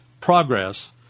progress